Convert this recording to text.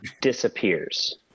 disappears